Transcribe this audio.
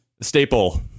Staple